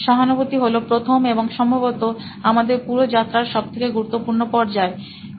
সহানুভূতি হলো প্রথম এবং সম্ভবত আমাদের পুরো যাত্রার সবথেকে গুরুত্বপূর্ণ পর্যায়